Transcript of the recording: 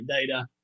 data